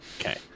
Okay